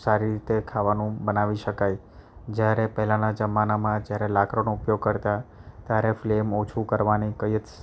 સારી રીતે ખાવાનું બનાવી શકાય જ્યારે પહેલાંના જમાનામાં જ્યારે લાકડાંનો ઉપયોગ કરતાં ત્યારે ફલેમ ઓછું કરવાની કંઈ જ